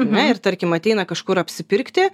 ar ne ir tarkim ateina kažkur apsipirkti